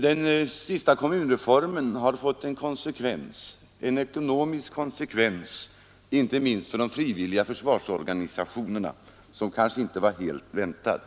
Den senaste kommunreformen har fått en ekonomisk konsekvens inte minst för de frivilliga försvarsorganisationerna som kanske inte var helt väntad.